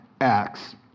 Acts